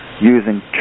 using